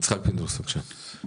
יצחק פינדרוס, בבקשה.